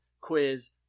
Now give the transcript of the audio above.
quiz